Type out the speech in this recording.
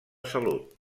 salut